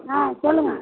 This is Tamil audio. ஆ சொல்லுங்க